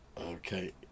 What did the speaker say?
okay